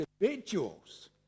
individuals